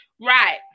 right